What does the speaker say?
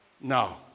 Now